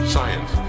Science